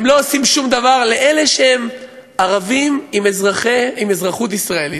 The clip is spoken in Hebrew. הם לא עושים שום דבר לאלה שהם ערבים עם אזרחות ישראלית,